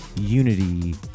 unity